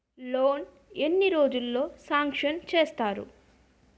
Loan ఎన్ని రోజుల్లో sanction చేస్తారు?